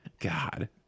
God